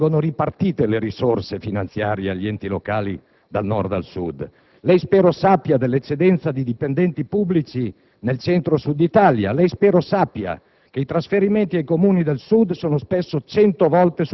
lei spero conosca come oggi e da più di trent'anni vengono ripartite le risorse finanziarie agli enti locali da Nord a Sud. Lei spero sappia dell'eccedenza di dipendenti pubblici nel Centro-Sud d'Italia; lei spero sappia